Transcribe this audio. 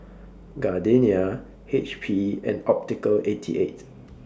Gardenia H P and Optical eighty eight